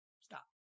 Stop